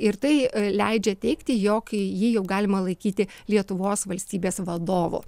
ir tai leidžia teigti jog jį jau galima laikyti lietuvos valstybės valdovu